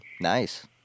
Nice